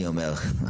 אני אומר.